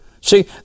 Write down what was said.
See